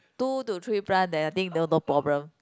two to three plant then I think no problem